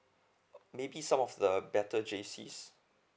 maybe some of the better J_C's